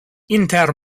inter